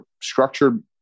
structured